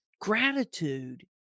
Gratitude